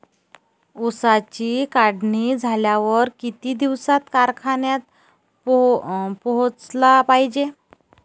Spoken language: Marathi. ऊसाची काढणी झाल्यावर किती दिवसात कारखान्यात पोहोचला पायजे?